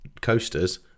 coasters